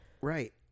Right